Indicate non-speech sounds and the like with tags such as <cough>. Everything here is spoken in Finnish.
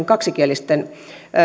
<unintelligible> kaksikielisten